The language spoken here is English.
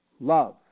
love